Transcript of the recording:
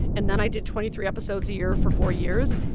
and then i did twenty three episodes a year for four years,